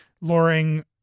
luring